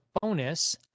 bonus